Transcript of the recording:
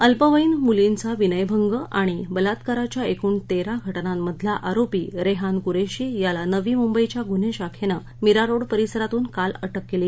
अल्पवयीन मुलींचा विनयभंग आणि बलात्कारच्या एकूण तेरा प्रकरणांमधील आरोपी रेहान कुरेशी याला नवी मुंबईच्या गुन्हे शाखेनं मीरारोड परिसरातून काल अटक केली